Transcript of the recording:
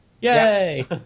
Yay